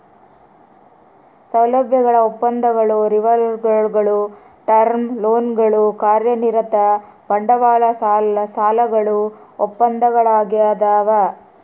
ಸೌಲಭ್ಯಗಳ ಒಪ್ಪಂದಗಳು ರಿವಾಲ್ವರ್ಗುಳು ಟರ್ಮ್ ಲೋನ್ಗಳು ಕಾರ್ಯನಿರತ ಬಂಡವಾಳ ಸಾಲಗಳು ಒಪ್ಪಂದಗಳದಾವ